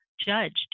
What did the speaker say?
judged